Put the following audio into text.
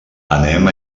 anem